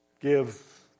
give